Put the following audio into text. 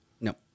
No